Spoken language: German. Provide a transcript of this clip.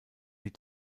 die